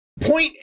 point